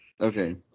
Okay